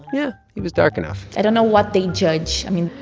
yeah, he was dark enough i don't know what they judge. i mean,